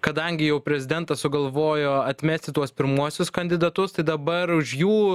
kadangi jau prezidentas sugalvojo atmesti tuos pirmuosius kandidatus tai dabar už jų